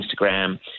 Instagram